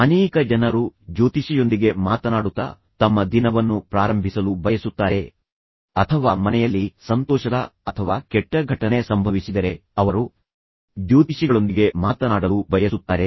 ಅನೇಕ ಜನರು ಜ್ಯೋತಿಷಿಯೊಂದಿಗೆ ಮಾತನಾಡುತ್ತಾ ತಮ್ಮ ದಿನವನ್ನು ಪ್ರಾರಂಭಿಸಲು ಬಯಸುತ್ತಾರೆ ಅಥವಾ ಮನೆಯಲ್ಲಿ ಸಂತೋಷದ ಅಥವಾ ಕೆಟ್ಟ ಘಟನೆ ಸಂಭವಿಸಿದರೆ ಅವರು ಜ್ಯೋತಿಷಿಗಳೊಂದಿಗೆ ಮಾತನಾಡಲು ಬಯಸುತ್ತಾರೆ